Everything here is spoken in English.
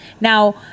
Now